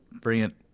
brilliant